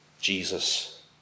Jesus